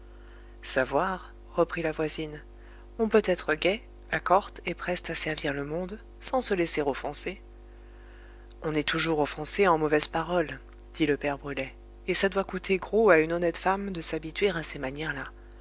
savoir reprit la voisine on peut être gaie accorte et preste à servir le monde sans se laisser offenser on est toujours offensée en mauvaises paroles dit le père brulet et ça doit coûter gros à une honnête femme de s'habituer à ces manières là